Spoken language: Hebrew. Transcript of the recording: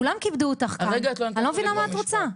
כולם כיבדו אותך כאן, אני לא מבינה מה את רוצה.